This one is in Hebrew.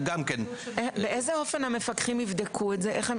באיזה אופן המפקחים יבדקו את זה?